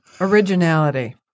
originality